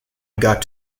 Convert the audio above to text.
got